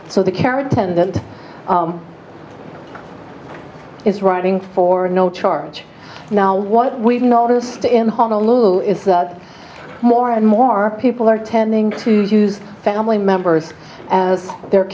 so the carriage attendant is writing for no charge now what we've noticed in honolulu is that more and more people are tending to use family members as their